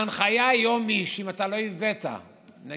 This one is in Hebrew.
ההנחיה היום היא שאם אתה לא הבאת את המסמכים שלך,